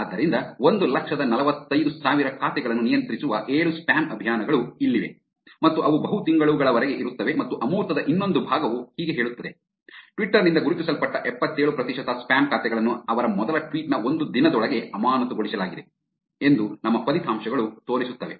ಆದ್ದರಿಂದ ಒಂದು ಲಕ್ಷದ ನಲವತ್ತಯ್ದು ಸಾವಿರ ಖಾತೆಗಳನ್ನು ನಿಯಂತ್ರಿಸುವ ಏಳು ಸ್ಪ್ಯಾಮ್ ಅಭಿಯಾನಗಳು ಇಲ್ಲಿವೆ ಮತ್ತು ಅವು ಬಹು ತಿಂಗಳುಗಳವರೆಗೆ ಇರುತ್ತವೆ ಮತ್ತು ಅಮೂರ್ತದ ಇನ್ನೊಂದು ಭಾಗವು ಹೀಗೆ ಹೇಳುತ್ತದೆ ಟ್ವಿಟರ್ ನಿಂದ ಗುರುತಿಸಲ್ಪಟ್ಟ ಏಪತ್ತೇಳು ಪ್ರತಿಶತ ಸ್ಪ್ಯಾಮ್ ಖಾತೆಗಳನ್ನು ಅವರ ಮೊದಲ ಟ್ವೀಟ್ ನ ಒಂದು ದಿನದೊಳಗೆ ಅಮಾನತುಗೊಳಿಸಲಾಗಿದೆ ಎಂದು ನಮ್ಮ ಫಲಿತಾಂಶಗಳು ತೋರಿಸುತ್ತವೆ